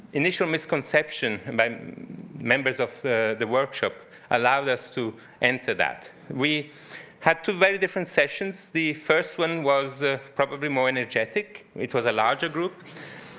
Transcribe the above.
initial misconception by members of the workshop allowed us to enter that. we had two very different sessions. the first one was probably more energetic. it was a larger group.